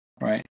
Right